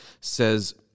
says